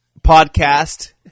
podcast